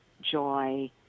joy